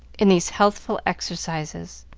in these healthful exercises.